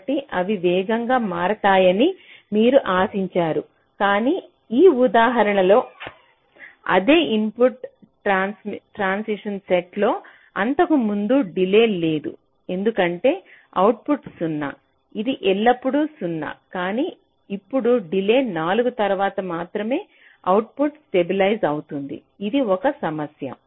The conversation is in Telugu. కాబట్టి అవి వేగంగా మారుతాయని మీరు ఆశించారు కానీ ఈ ఉదాహరణ లో అదే ఇన్పుట్ ట్రాన్సిషన్ సెట్ లో అంతకుముందు డిలే లేదు ఎందుకంటే అవుట్పుట్ 0 ఇది ఎల్లప్పుడూ 0 కానీ ఇప్పుడు డిలే 4 తర్వాత మాత్రమే అవుట్పుట్ స్టెబిలైజ్ అవుతుంది ఇది ఒక సమస్య